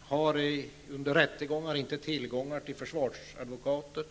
har under rättegångar inte tillgång till försvarsadvokater.